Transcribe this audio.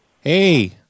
Hey